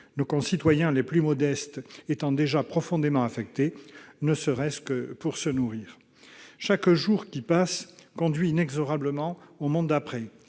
nos concitoyens les plus modestes étant déjà profondément affectés, ne serait-ce que pour se nourrir. Chaque jour qui passe conduit inexorablement au monde d'après